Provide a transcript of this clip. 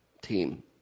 team